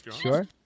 sure